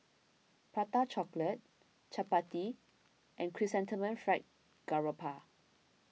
Prata Chocolate Chappati and Chrysanthemum Fried Garoupa